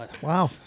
wow